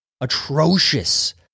atrocious